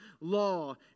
law